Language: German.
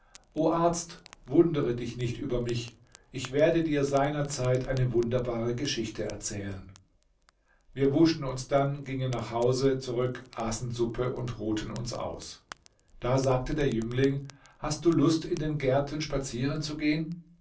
arzt wundere dich nicht über mich ich werde dir seiner zeit eine wunderbare geschichte erzählen wir wuschen uns dann gingen nach hause zurück aßen suppe und ruhten uns aus da sagte der jüngling hast du lust in den gärten spazieren zu gehen